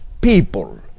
people